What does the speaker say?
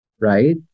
right